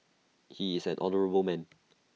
he is an honourable man